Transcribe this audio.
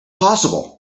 possible